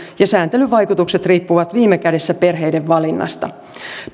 ja sääntelyn vaikutukset riippuvat viime kädessä perheiden valinnasta